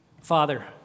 Father